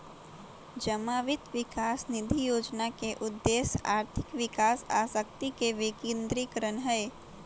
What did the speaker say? जमा वित्त विकास निधि जोजना के उद्देश्य आर्थिक विकास आ शक्ति के विकेंद्रीकरण हइ